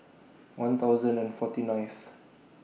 one thousand and forty nineth